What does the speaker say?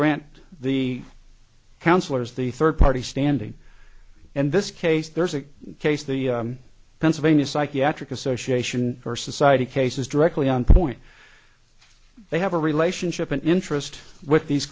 grant the counselors the third party standing in this case there's a case the pennsylvania psychiatric association or society cases directly on point they have a relationship an interest with these